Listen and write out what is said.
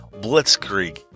blitzkrieg